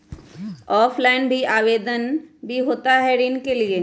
Offline भी आवेदन भी होता है ऋण के लिए?